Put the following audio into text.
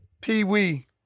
Pee-wee